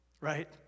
Right